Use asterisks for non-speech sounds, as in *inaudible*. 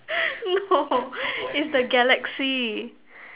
*laughs* no is the Galaxy